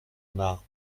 marbre